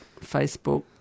Facebook